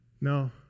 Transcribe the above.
No